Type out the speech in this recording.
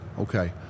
Okay